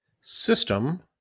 system